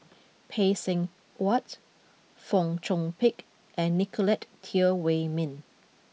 Phay Seng Whatt Fong Chong Pik and Nicolette Teo Wei Min